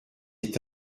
est